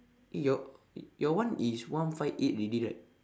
your your one is one five eight already right